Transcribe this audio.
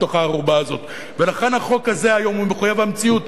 לכן החוק הזה היום הוא מחויב המציאות,